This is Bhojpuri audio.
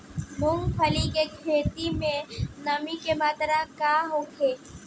मूँगफली के खेत में नमी के मात्रा का होखे?